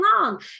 long